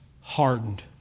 Hardened